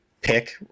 pick